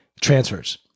transfers